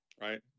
Right